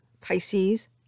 Pisces